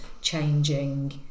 changing